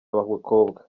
b’abakobwa